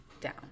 down